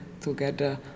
together